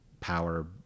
power